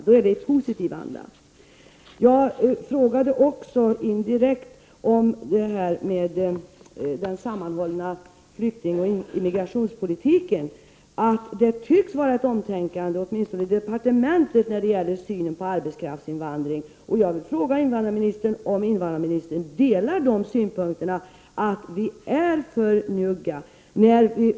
Det vore en positiv anda. Jag ställde indirekt en fråga om den sammanhållna flykting och invandrarpolitiken. Det tycks ha skett ett omtänkande åtminstone i departementet när det gäller synen på arbetskraftsinvandring. Delar invandrarministern uppfattningen att vi är för njugga?